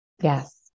Yes